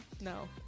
No